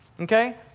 Okay